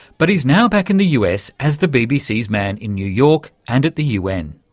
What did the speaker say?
but he's now back in the us as the bbc's man in new york and at the un.